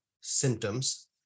symptoms